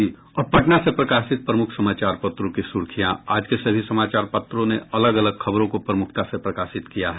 अब पटना से प्रकाशित प्रमुख समाचार पत्रों की सुर्खियां आज के सभी समाचार पत्रों ने अलग अलग खबरों को प्रमुखता से प्रकाशित किया है